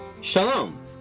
Shalom